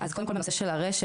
אז קודם כל בנושא של הרשת,